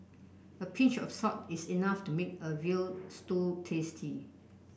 a pinch of salt is enough to make a veal stew tasty